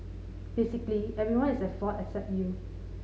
basically everyone is at fault except you